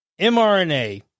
mRNA